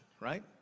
right